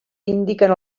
indiquen